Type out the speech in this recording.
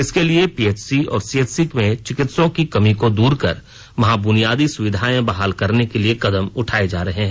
इसके लिए पीएचसी और सीएचसी में चिकित्सकों की कमी को दूर कर वहां बुनियादी सुविधाएं बहाल करने के लिए कदम उठाये जा रहे हैं